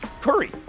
curry